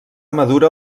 madura